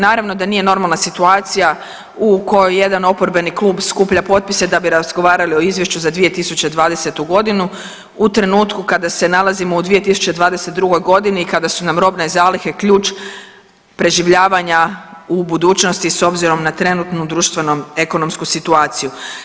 Naravno da nije normalna situacija u kojoj jedan oporbeni klub skuplja potpise da bi razgovarali o izvješću za 2020.g. u trenutku kada se nalazimo u 2022.g. kada su nam robne zalihe ključ preživljavanja u budućnost s obzirom na trenutnu društveno-ekonomsku situaciju.